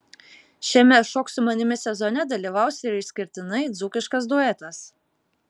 šiame šok su manimi sezone dalyvaus ir išskirtinai dzūkiškas duetas